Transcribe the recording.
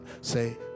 Say